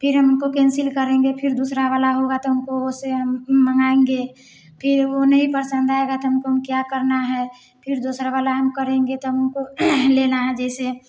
फिर हम उनको कैंसिल करेंगे फिर दूसरा वाला होगा तो हमको ओसे मंगाएंगे फिर वो नही परसंद आएगा तो हमको हम क्या करना है फिर दूसरा वाला हम करेंगे तब हमको लेना है जैसे